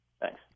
Thanks